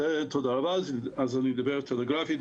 תודה רבה, אז אני אדבר טלגרפית.